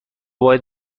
باید